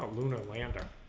ah lunar lander